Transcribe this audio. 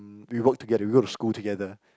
we work together we go to school together